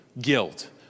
guilt